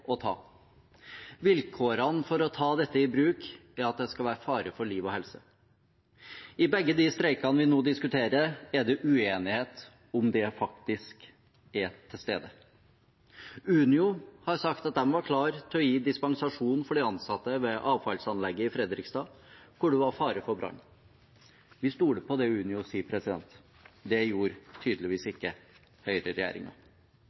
å ta. Vilkårene for å ta dette i bruk er at det skal være fare for liv og helse. I begge de streikene vi nå diskuterer, er det uenighet om det faktisk er til stede. Unio har sagt at de var klar til å gi dispensasjon for de ansatte ved avfallsanlegget i Fredrikstad, hvor det var fare for brann. Vi stoler på det Unio sier. Det gjorde tydeligvis